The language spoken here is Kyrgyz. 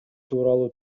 тууралуу